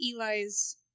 eli's